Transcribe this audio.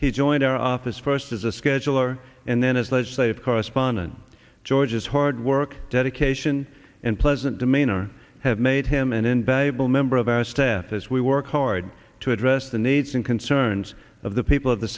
he joined our office first as a scheduler and then as legislative correspondent george's hard work dedication and pleasant demeanor have made him an invaluable member of our staff as we work hard to address the needs and concerns of the people of the